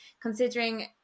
considering